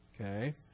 Okay